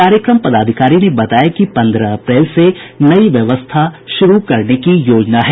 कार्यक्रम पदाधिकारी ने बताया कि पन्द्रह अप्रैल से नई व्यवस्था शुरू करने की योजना है